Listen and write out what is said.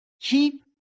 keep